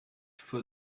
for